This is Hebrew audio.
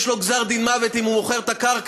יש עליו גזר-דין מוות אם הוא מוכר את הקרקע,